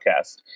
podcast